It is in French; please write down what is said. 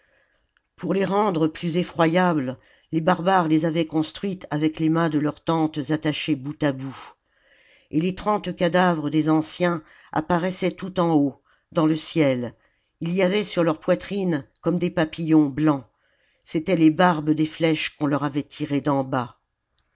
pour les rendre plus effroyables les barbares les avaient construites avec les mâts de leurs tentes attachés bout à bout et les trente cadavres des anciens apparaissaient tout en haut dans le ciel il y avait sur leurs poitrines comme des papillons blancs c'étaient les barbes des flèches qu'on leur avait tirées d'en bas